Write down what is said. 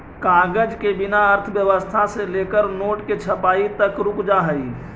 कागज के बिना अर्थव्यवस्था से लेकर नोट के छपाई तक रुक जा हई